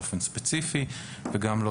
כיום את האיסורים מנסחים בצורה מפורשת,